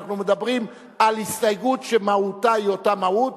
אנחנו מדברים על הסתייגות שמהותה היא אותה מהות,